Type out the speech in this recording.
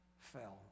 fell